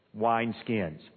wineskins